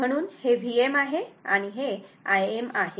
म्हणून हे Vm आहे आणि हे Im आहे